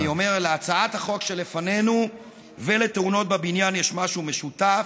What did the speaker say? אני אומר: להצעת החוק שלפנינו ולתאונות בבניין יש משהו משותף,